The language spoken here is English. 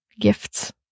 Gifts